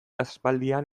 aspaldian